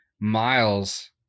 Miles